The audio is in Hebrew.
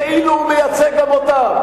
כאילו הוא מייצג גם אותם,